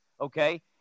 okay